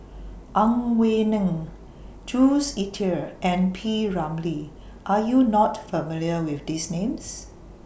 Ang Wei Neng Jules Itier and P Ramlee Are YOU not familiar with These Names